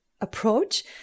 approach